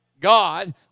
God